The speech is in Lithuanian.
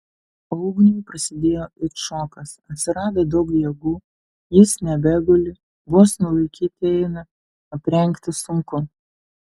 o ugniui prasidėjo it šokas atsirado daug jėgų jis nebeguli vos nulaikyti eina aprengti sunku